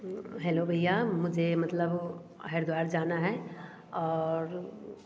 hello भईया मुझे मतलब हरिद्वार जाना है और